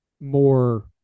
more